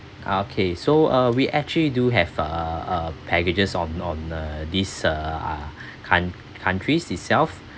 okay so uh we actually do have uh uh packages on on err this err uh coun~ countries itself